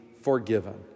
forgiven